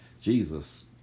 Jesus